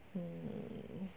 mm